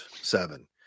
seven